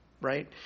right